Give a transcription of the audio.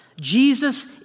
Jesus